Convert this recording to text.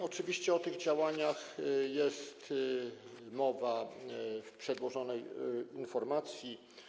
Oczywiście o tych działaniach jest mowa w przedłożonej informacji.